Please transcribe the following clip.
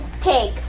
take